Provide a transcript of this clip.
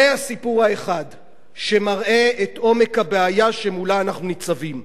זה הסיפור האחד שמראה את עומק הבעיה שמולה אנחנו ניצבים.